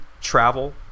travel